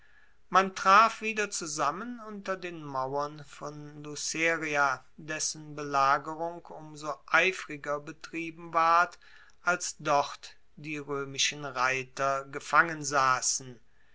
man traf wieder zusammen unter den mauern von luceria dessen belagerung um so eifriger betrieben ward als dort die roemischen reiter gefangen sassen